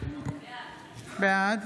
בעד